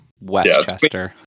Westchester